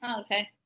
okay